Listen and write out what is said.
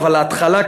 אבל להתחלה,